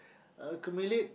accumulate